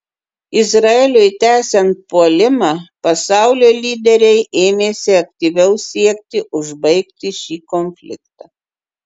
izraeliui tęsiant puolimą pasaulio lyderiai ėmėsi aktyviau siekti užbaigti šį konfliktą